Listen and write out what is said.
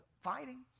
fighting